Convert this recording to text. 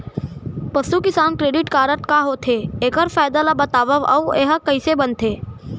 पसु किसान credit card का होथे, एखर फायदा ला बतावव अऊ एहा कइसे बनथे?